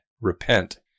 Repent